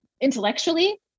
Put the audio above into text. intellectually